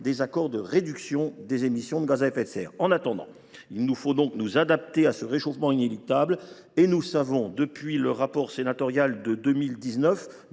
des accords de réduction des émissions de gaz à effet de serre. En attendant, il nous faut donc nous adapter à ce réchauffement inéluctable. Nous savons depuis le rapport d’information sénatorial de 2019